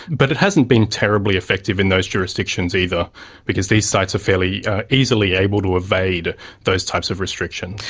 but it hasn't been terribly effective in those jurisdictions either because these sites are fairly easily able to evade those types of restrictions.